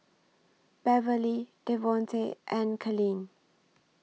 Beverly Devonte and Kalene